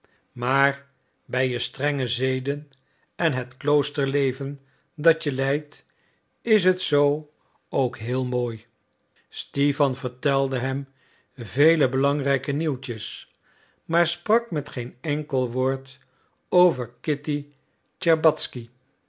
maar bij je strenge zeden en het kloosterleven dat je leidt is het zoo ook heel mooi stipan vertelde hem vele belangrijke nieuwtjes maar sprak met geen enkel woord over kitty